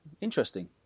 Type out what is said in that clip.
interesting